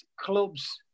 clubs